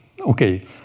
okay